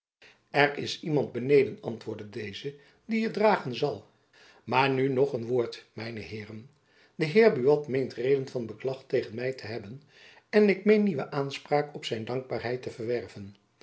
er is iemand beneden antwoordde deze die het dragen zal maar nu nog een woord mijn heeren de heer buat meent reden van beklag tegen my te hebben en ik meen nieuwe aanspraak op zijn dankbaarheid te verwerven